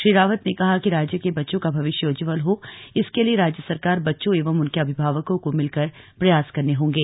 श्री रावत ने कहा कि राज्य के बच्चों का भविष्य उज्ज्वल हो इसके लिए राज्य सरकार बच्चों एवं उनके अभिभावको को मिलकर प्रयास करने होंगे